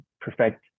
perfect